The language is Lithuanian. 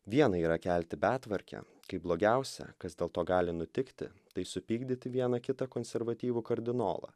viena yra kelti betvarkę kai blogiausia kas dėl to gali nutikti tai supykdyti vieną kitą konservatyvų kardinolą